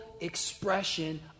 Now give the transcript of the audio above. expression